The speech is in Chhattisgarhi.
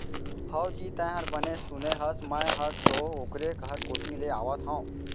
हवजी, तैंहर बने सुने हस, मैं हर तो ओकरे घर कोती ले आवत हँव